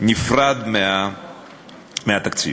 נפרד מהתקציב.